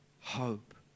hope